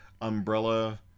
umbrella